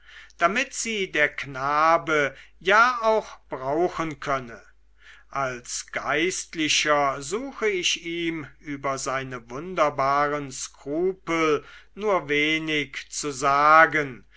damit sie der knabe ja auch brauchen könne als geistlicher suchte ich ihm über seine wunderbaren skrupel nur wenig zu sagen